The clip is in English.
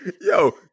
Yo